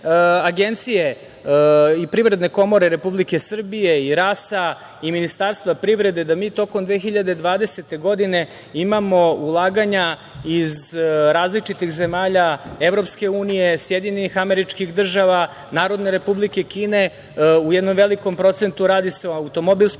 i Privredne komore Republike Srbije i RAS-a i Ministarstva privrede, da mi tokom 2020. godine imamo ulaganja iz različitih zemalja EU, SAD, Narodne Republike Kine, u jednom velikom procentu radi se u automobilskoj